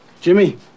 Jimmy